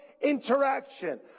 interaction